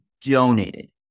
donated